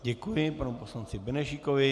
Děkuji panu poslanci Benešíkovi.